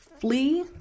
flee